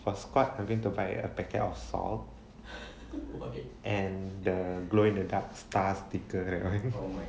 for scott I went to buy a packet of salt and the glow in the dark stars sticker that one